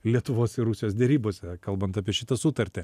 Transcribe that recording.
lietuvos ir rusijos derybose kalbant apie šitą sutartį